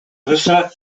erraza